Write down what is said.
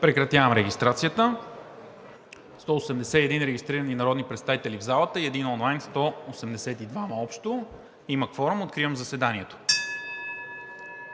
Прекратявам регистрацията: 181 регистрирани народни представители в залата и 1 онлайн – общо 182. Има кворум. Откривам заседанието.